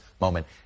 moment